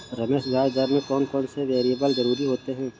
रमेश ब्याज दर में कौन कौन से वेरिएबल जरूरी होते हैं?